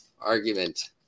argument